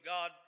God